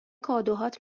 کادوهات